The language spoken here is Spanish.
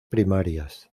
primarias